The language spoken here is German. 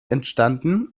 entstanden